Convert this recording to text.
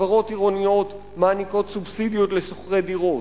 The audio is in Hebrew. חברות עירוניות מעניקות סובסידיות לשוכרי דירות,